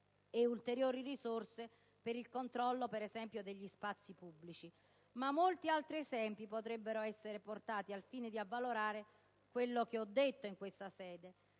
ulteriori fondi per il controllo degli spazi pubblici. Molti altri esempi potrebbero essere portati al fine di avvalorare quello che ho detto in questa sede.